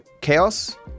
Chaos